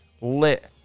lit